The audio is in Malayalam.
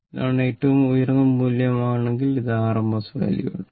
ഇത് ഏറ്റവും ഉയർന്ന മൂല്യമാണെങ്കിൽ ഇത് rms മൂല്യമാണ്